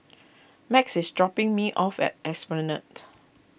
Max is dropping me off at Esplanade